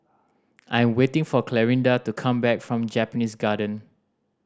I'm waiting for Clarinda to come back from Japanese Garden